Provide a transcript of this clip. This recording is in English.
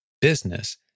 business